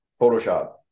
photoshop